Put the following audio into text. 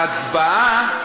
בהצבעה,